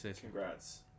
congrats